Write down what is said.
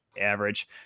average